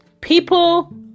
People